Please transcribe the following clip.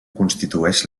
constitueix